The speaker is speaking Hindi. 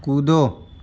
कूदो